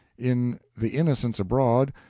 in the innocents abroad,